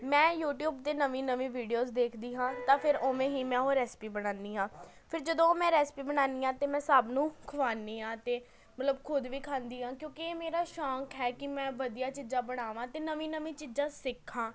ਮੈਂ ਯੂਟਿਊਬ 'ਤੇ ਨਵੀਂ ਨਵੀਂ ਵਿਡਿਓਸ ਦੇਖਦੀ ਹਾਂ ਤਾਂ ਫਿਰ ਉਮੇਂ ਹੀ ਮੈਂ ਓਹ ਰੈਸਿਪੀ ਬਣਾਨੀ ਹਾਂ ਫਿਰ ਜਦੋਂ ਉਹ ਮੈਂ ਰੈਸਿਪੀ ਬਣਾਨੀ ਹਾਂ ਅਤੇ ਮੈਂ ਸਭ ਨੂੰ ਖਵਾਨੀ ਹਾਂ ਅਤੇ ਮਤਲਬ ਖੁਦ ਵੀ ਖਾਂਦੀ ਹਾਂ ਕਿਉਂਕਿ ਇਹ ਮੇਰਾ ਸ਼ੌਂਕ ਹੈ ਕਿ ਮੈਂ ਵਧੀਆ ਚੀਜ਼ਾਂ ਬਣਾਵਾਂ ਅਤੇ ਨਵੀਂ ਨਵੀਂ ਚੀਜ਼ਾਂ ਸਿੱਖਾਂ